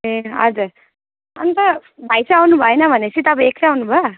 ए हजुर अनि त भाइ चाहिँ आउनुभएन भनेपछि तपाईँ एक्लै आउनुभयो